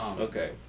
Okay